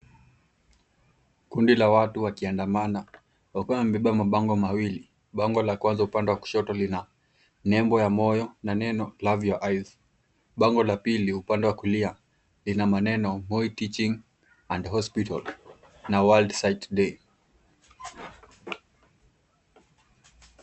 Kundi la watu wakiandamana wakiwa wamebeba mabango mawili. Bango la kwanza upande wa kushoto lina nembo ya moyo na neno, love your eyes. Bango la pili upande wa kulia lina maneno, moi teaching and hospital, na, World sight day.